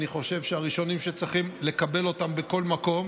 אני חושב שהראשונים שצריכים לקבל אותן בכל מקום